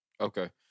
Okay